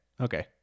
Okay